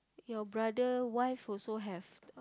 your brother wife also have uh